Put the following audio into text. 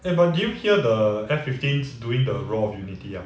eh but did you hear the F fifteens doing the roar of unity ah